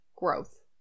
growth